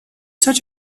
such